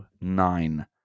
nine